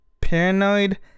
paranoid